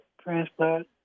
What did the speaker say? transplant